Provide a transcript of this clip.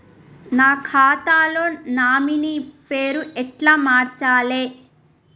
నా ఖాతా లో నామినీ పేరు ఎట్ల మార్చాలే?